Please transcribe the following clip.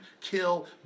kill